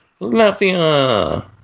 Latvia